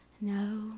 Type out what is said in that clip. No